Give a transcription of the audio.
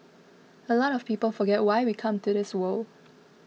a lot of people forget why we come to this world